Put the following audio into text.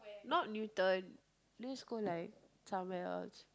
not Newton let's go like somewhere else